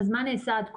מה נעשה עד כה?